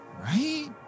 Right